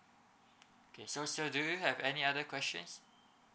okay sir do you have any other questions